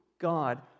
God